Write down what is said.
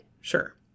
Sure